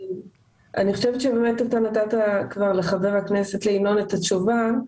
אני חושבת שבאמת אתה נתת לחבר הכנסת ינון אזולאי את התשובה.